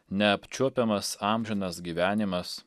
neapčiuopiamas amžinas gyvenimas